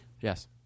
Yes